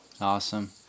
Awesome